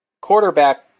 quarterback